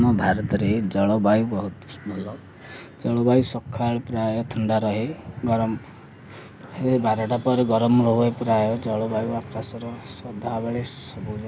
ଆମ ଭାରତରେ ଜଳବାୟୁ ବହୁତ ଭଲ ଜଳବାୟୁ ସକାଳୁ ପ୍ରାୟ ଥଣ୍ଡା ରହେ ଗରମ ବାରଟା ପରେ ଗରମ ରୁହେ ପ୍ରାୟ ଜଳବାୟୁ ଆକାଶର ସଦାବେଳେ ସବୁ